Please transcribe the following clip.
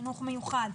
חינוך מיוחד,